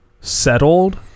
settled